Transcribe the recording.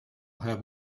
have